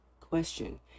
question